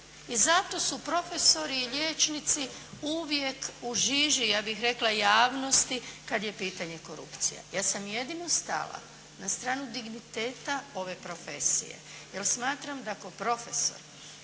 i zato su profesori i liječnici uvijek u žiži, ja bih rekla javnosti kad je pitanje korupcije. Ja sam jedino stala na stranu digniteta ove profesije jer smatram da kao profesor,